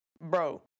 Bro